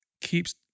keeps